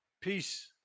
Peace